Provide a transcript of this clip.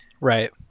Right